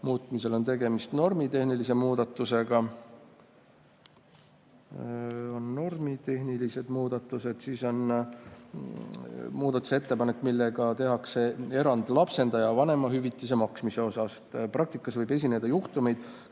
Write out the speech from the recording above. muutmisel on tegemist normitehnilise muudatusega. Need on normitehnilised muudatused. Siis on muudatusettepanek, millega tehakse erand lapsendaja vanemahüvitise maksmisel. Praktikas võib esineda juhtumeid,